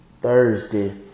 Thursday